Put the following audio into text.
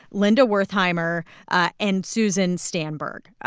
linda wertheimer ah and susan stamberg.